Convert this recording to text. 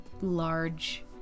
large